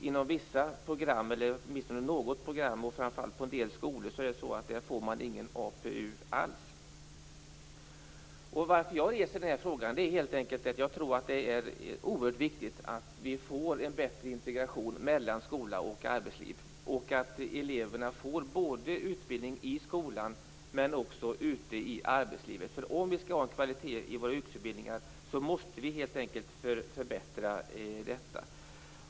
Inom vissa, eller åtminstone något, program och framför allt på en del skolor får man ingen APU alls. Jag ställer den här frågan därför att jag tror att det är oerhört viktigt att vi får en bättre integration mellan skola och arbetsliv. Eleverna skall få utbildning både i skolan och ute i arbetslivet. Om vi skall ha kvalitet på våra yrkesutbildningar måste vi helt enkelt förbättra detta.